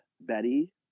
Betty